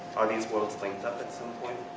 are these worlds linked up at some point?